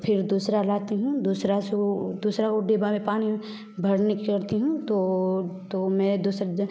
तो फिर दूसरा लाती हूँ दूसरा से वो दूसरा वो डिब्बे में पानी भरने को करती हूँ तो तो मैं दोसरा